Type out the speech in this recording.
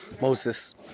Moses